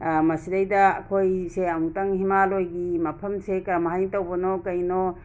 ꯃꯁꯤꯗꯩꯗ ꯑꯩꯈꯣꯏꯁꯦ ꯑꯃꯨꯛꯇꯪ ꯍꯤꯃꯥꯂꯣꯏꯒꯤ ꯃꯐꯝꯁꯦ ꯀꯔꯝꯍꯥꯏꯅ ꯇꯧꯕꯅꯣ ꯀꯩꯅꯣ